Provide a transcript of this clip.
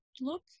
look